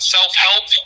self-help